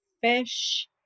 fish